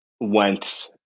went